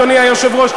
אדוני היושב-ראש.